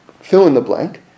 fill-in-the-blank